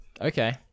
Okay